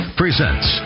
presents